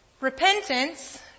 Repentance